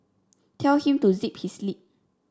tell him to zip his lip